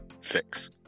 Six